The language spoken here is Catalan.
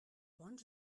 bons